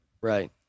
Right